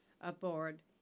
aboard